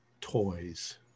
toys